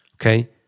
okay